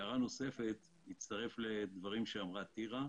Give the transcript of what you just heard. אני מצטרף לדברי טירה.